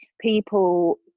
people